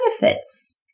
benefits